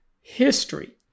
history